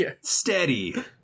Steady